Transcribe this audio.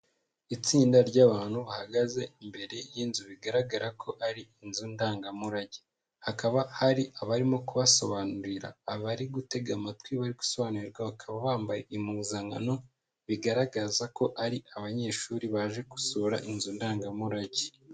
Itsinda ry'abantu bahagaze imbere y'inzu bigaragara ko ari inzu ndangamurage. Hakaba hari abarimo kubasobanurira. Abari gutega amatwi bari gusobanurirwa bakaba bambaye impuzankano bigaragaza ko ari abanyeshuri baje gusura inzu ndangamurage.